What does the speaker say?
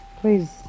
Please